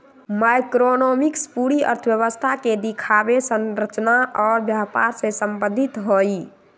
macroeconomics पूरी अर्थव्यवस्था के दिखावे, संरचना और व्यवहार से संबंधित हई